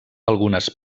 algunes